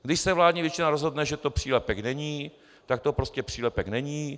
Když se vládní většina rozhodne, že to přílepek není, tak to prostě přílepek není.